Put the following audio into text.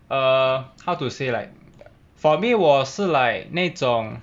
err how to say like for me 我是 like 那一种